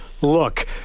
look